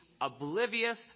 oblivious